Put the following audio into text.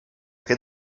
que